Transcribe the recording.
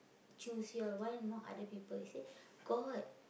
choose you all why not other people they say got